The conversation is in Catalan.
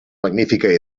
magnífica